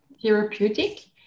therapeutic